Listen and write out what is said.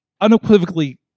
unequivocally